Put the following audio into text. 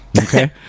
Okay